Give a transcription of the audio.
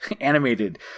animated